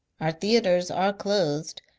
our theatres are closed,